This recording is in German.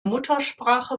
muttersprache